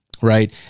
Right